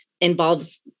involves